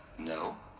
no.